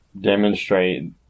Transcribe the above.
demonstrate